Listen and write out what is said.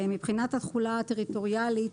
מבחינת התחולה הטריטוריאלית,